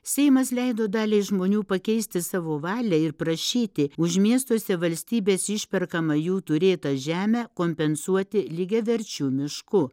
seimas leido daliai žmonių pakeisti savo valią ir prašyti už miestuose valstybės išperkamą jų turėtą žemę kompensuoti lygiaverčiu mišku